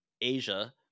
Asia